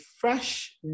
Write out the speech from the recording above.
fresh